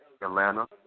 Atlanta